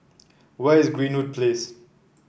where is Greenwood Place